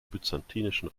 byzantinischen